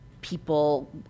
people